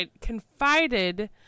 confided